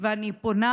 ואני פונה